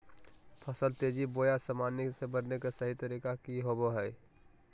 फसल तेजी बोया सामान्य से बढने के सहि तरीका कि होवय हैय?